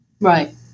Right